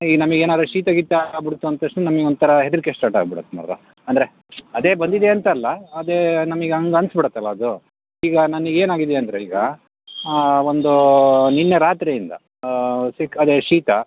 ಈಗ ನಮಗ್ ಏನಾರ ಶೀತ ಗೀತ ಆಗ್ಬುಡ್ತು ಅಂದ ತಕ್ಷಣ ನಮಗ್ ಒಂಥರ ಹೆದರಿಕೆ ಸ್ಟಾರ್ಟ್ ಆಗ್ಬಿಡತ್ತೆ ಇವಾಗ ಅಂದರೆ ಅದೆ ಬಂದಿದೆ ಅಂತ ಅಲ್ಲ ಅದೇ ನಮಗ್ ಹಂಗ್ ಅನ್ಸ್ಬಿಡತ್ತಲ್ಲ ಅದು ಈಗ ನನಗ್ ಏನಾಗಿದೆ ಅಂದರೆ ಈಗ ಒಂದು ನಿನ್ನೆ ರಾತ್ರಿಯಿಂದ ಸಿಕ್ ಅದೇ ಶೀತ